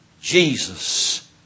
Jesus